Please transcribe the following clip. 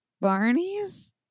Barney's